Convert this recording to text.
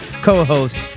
co-host